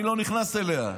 ואני לא נכנס אליה.